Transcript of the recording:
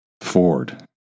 Ford